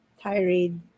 tirade